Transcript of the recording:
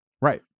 Right